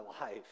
life